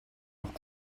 leurs